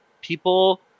people